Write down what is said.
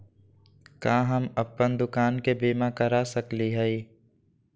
का हम अप्पन दुकान के बीमा करा सकली हई?